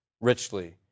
richly